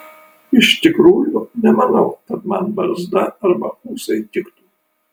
iš tikrųjų nemanau kad man barzda arba ūsai tiktų